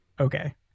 Okay